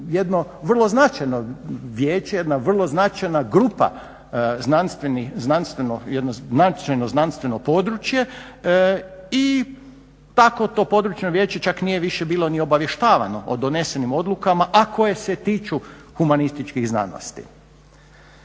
jedno vrlo značajno vijeće, jedna vrlo značajna grupa, jedno značajno znanstveno područje i tako to Područno vijeće čak nije više bilo obavještavano o donesenim odlukama, a koje se tiču humanističkih znanosti.